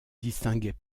distinguait